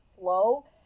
slow